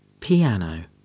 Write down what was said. Piano